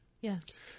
Yes